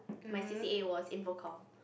my C_C_A was infocomm